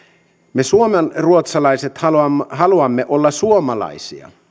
me suomenruotsalaiset haluamme haluamme olla suomalaisia